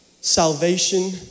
salvation